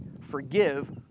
forgive